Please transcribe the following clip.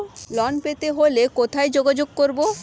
ঋণ পেতে হলে কোথায় যোগাযোগ করব?